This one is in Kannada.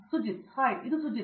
ಸುಜಿತ್ ಹಾಯ್ ಇದು ಸುಜಿತ್